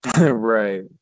Right